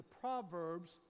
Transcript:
proverbs